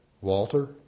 Walter